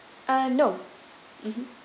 uh no mmhmm